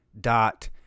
dot